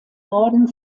norden